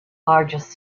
largest